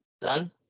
done